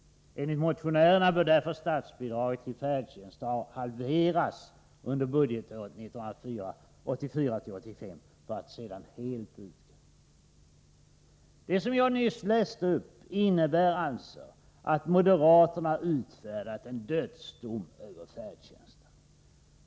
Enligt motionärerna bör därför statsbidraget till färdtjänst halveras under budgetåret 1984/85 för att sedan helt utgå.” Det som jag nu läst upp innebär alltså att moderaterna utfärdat en dödsdom över färdtjänsten.